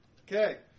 Okay